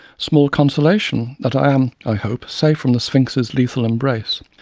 small consolation that i am i hope! safe from the sphinx's lethal embrace.